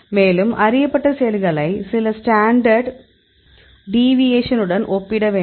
மேலும் அறியப்பட்ட செயல்களை சில ஸ்டாண்டர்ட் டிவியேஷன் உடன் ஒப்பிட வேண்டும்